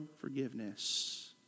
forgiveness